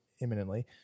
imminently